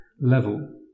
level